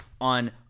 on